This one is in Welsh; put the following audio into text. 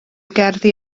gerddi